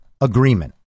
agreement